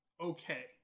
Okay